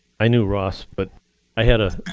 i knew ross, but i had an